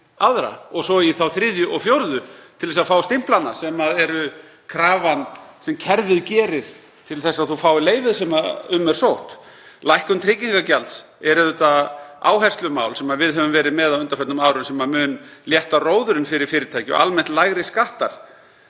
og svo í þá þriðju og fjórðu til að fá að stimpla þá, sem er krafan sem kerfið gerir til þess að fólk fái leyfi sem um er sótt. Lækkun tryggingagjalds er auðvitað áherslumál sem við höfum verið með á undanförnum árum sem mun létta róðurinn fyrir fyrirtæki, og einnig almennt lægri skattar.